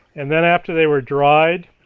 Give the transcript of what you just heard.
and then after they were dried,